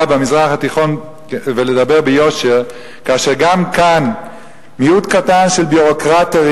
במזרח התיכון ולדבר ביושר כאשר גם כאן מיעוט קטן של ביורוקרטים